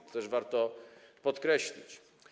To też warto podkreślić.